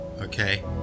okay